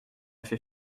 fait